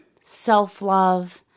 self-love